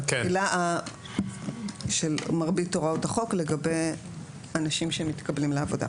התחילה של מרבית הוראות החוק לגבי אנשים שמתקבלים לעבודה.